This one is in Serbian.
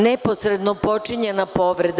Neposredno počinjena povreda.